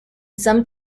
some